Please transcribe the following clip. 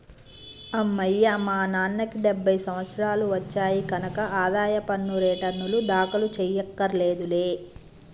అమ్మయ్యా మా నాన్నకి డెబ్భై సంవత్సరాలు వచ్చాయి కనక ఆదాయ పన్ను రేటర్నులు దాఖలు చెయ్యక్కర్లేదులే